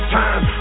time